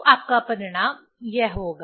तो आपका परिणाम यह होगा